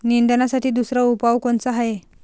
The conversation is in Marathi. निंदनासाठी दुसरा उपाव कोनचा हाये?